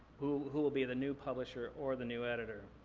who who will be the new publisher or the new editor.